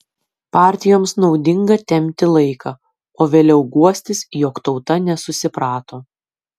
partijoms naudinga tempti laiką o vėliau guostis jog tauta nesusiprato